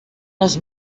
les